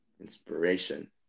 inspiration